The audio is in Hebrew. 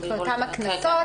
לפני כמה כנסות.